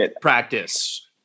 practice